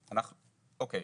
אוקיי,